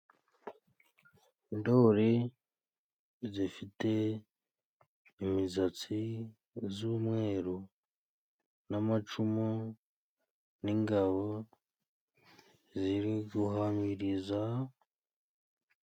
Indoli zifite imizatsi z'umweru n'amacumu n'ingabo ziri guhamiriza.